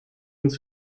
hield